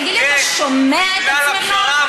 לא בודקים כל אחד